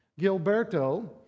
Gilberto